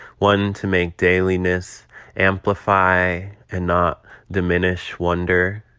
one to make dailiness amplify and not diminish wonder?